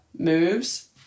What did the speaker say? moves